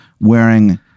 wearing